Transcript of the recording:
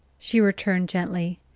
she returned gently.